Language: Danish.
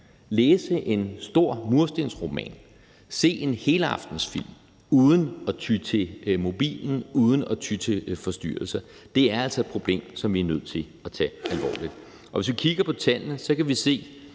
læse en stor murstensroman eller se en helaftensfilm uden at ty til mobilen og uden at ty til forstyrrelser. Det er altså et problem, som vi er nødt til at tage alvorligt. Og hvis vi kigger på tallene, kan vi se,